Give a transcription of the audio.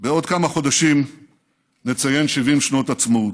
בעוד כמה חודשים נציין 70 שנות עצמאות.